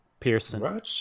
Pearson